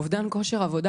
אובדן כושר עבודה,